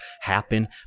happen